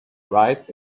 rides